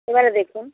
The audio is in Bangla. এবারে দেখুন